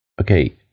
okay